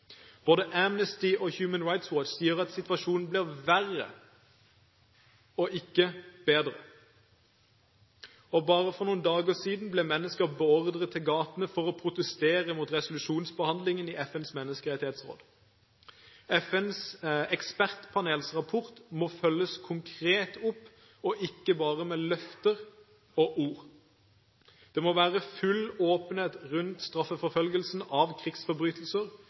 Både Amnesty og Human Rights Watch sier at situasjonen blir verre og ikke bedre, og bare for noen dager siden ble mennesker beordret til gatene for å protestere mot resolusjonsbehandlingen i FNs menneskerettighetsråd. Rapporten til FNs ekspertpanel må følges konkret opp og ikke bare med løfter og ord. Det må være full åpenhet rundt straffeforfølgelsen for krigsforbrytelser